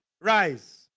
rise